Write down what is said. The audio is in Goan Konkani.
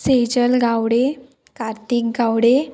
सेजल गावडे कार्तिक गावडे